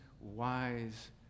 wise